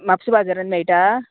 म्हापशे बाजारान मेळटा